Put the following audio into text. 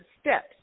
steps